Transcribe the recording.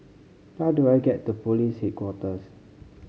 how do I get to Police Headquarters